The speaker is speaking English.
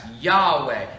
yahweh